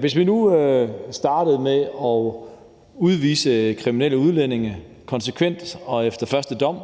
Hvis vi nu startede med at udvise kriminelle udlændinge konsekvent og efter første dom,